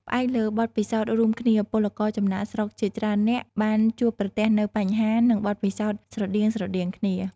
ផ្អែកលើបទពិសោធន៍រួមគ្នាពលករចំណាកស្រុកជាច្រើននាក់បានជួបប្រទះនូវបញ្ហា និងបទពិសោធន៍ស្រដៀងៗគ្នា ។